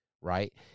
Right